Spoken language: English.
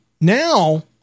now